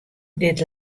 dit